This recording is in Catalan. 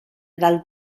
del